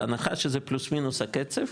בהנחה שזה פלוס מינוס הקצב,